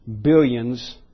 billions